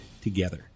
together